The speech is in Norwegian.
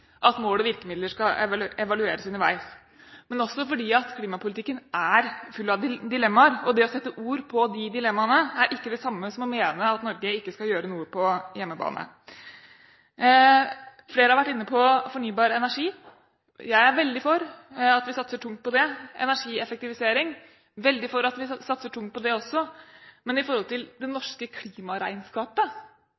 at mål og virkemidler skal evalueres underveis, men også fordi klimapolitikken er full av dilemmaer. Å sette ord på de dilemmaene er ikke det samme som å mene at Norge ikke skal gjøre noe på hjemmebane. Flere har vært inne på fornybar energi, og jeg er veldig for at vi satser veldig tungt på det. Så energieffektigvisering – jeg er veldig for at vi satser tungt på det også. Men i forhold til